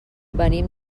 venim